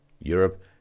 Europe